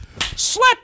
slap